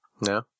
No